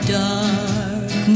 dark